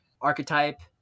archetype